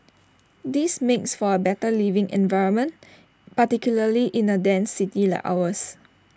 this makes for A better living environment particularly in A dense city like ours